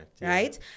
right